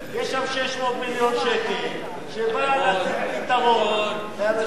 לתת פתרון לאנשים שעבדו הרבה שנים ולא יכולים לעבוד,